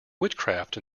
witchcraft